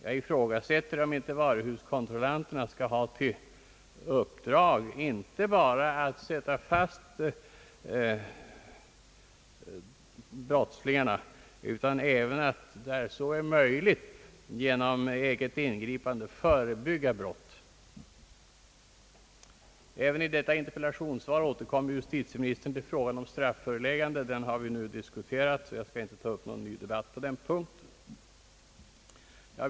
Jag ifrågasätter om inte varuhuskontrollanterna skall ha i uppdrag inte bara att sätta fast brottslingarna utan även ati där så är möjligt genom eget ingripande förebygga brott. Även i detta interpellationssvar återkommer justitieministern till frågan om strafföreläggande. Den har vi nu diskuterat, varför jag inte skall ta upp någon ny debatt på den punkten.